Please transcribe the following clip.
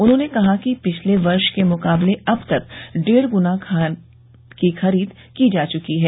उन्होंने कहा कि पिछले वर्ष के मुकाबले अब तक डेढ़ गुना धान की खरीद की जा चुकी है